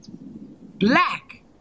Black